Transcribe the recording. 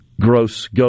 gross